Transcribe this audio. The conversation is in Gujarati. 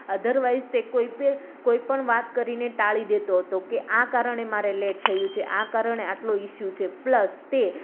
અધરવાઇઝ તે કોઈપણ વાત કરીને ટાળી દેતો હતો કે આ કારણે મારે લેટ થયું છે આ કારણે આટલું ઈશ્યુ છે પ્લસ તે